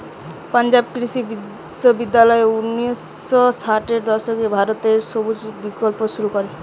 পাঞ্জাব কৃষি বিশ্ববিদ্যালয় উনিশ শ ষাটের দশকে ভারত রে সবুজ বিপ্লব শুরু করে